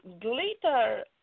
glitter